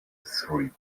three